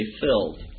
filled